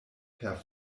per